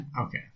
Okay